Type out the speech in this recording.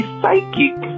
psychic